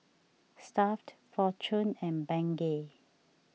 Stuff'd fortune and Bengay